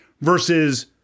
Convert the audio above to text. versus